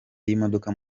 y’imodoka